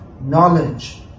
knowledge